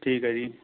ਠੀਕ ਹੈ ਜੀ